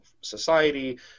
society